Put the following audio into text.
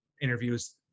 interviews